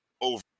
over